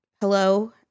hello